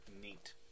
Neat